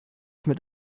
mit